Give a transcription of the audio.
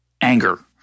anger